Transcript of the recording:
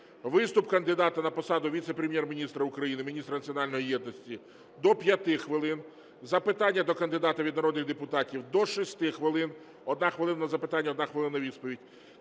виступ кандидата на посаду Віце-прем'єр-міністра України – Міністра національної єдності – до 5 хвилин, запитання до кандидата від народних депутатів – до 6 хвилин (1 хвилина на запитання, 1 хвилина на відповідь).